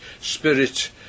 spirit